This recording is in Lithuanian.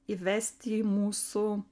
įvesti į mūsų